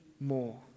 More